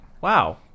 Wow